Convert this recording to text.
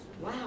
wow